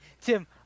Tim